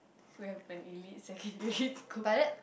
we have an elite secondary school